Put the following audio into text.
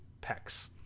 pecks